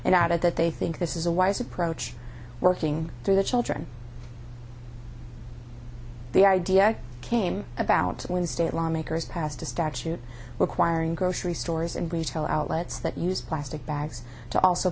added that they think this is a wise approach working through the children the idea came about when state lawmakers passed a statute requiring grocery stores and retail outlets that use plastic bags to also